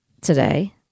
today